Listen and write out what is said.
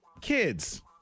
kids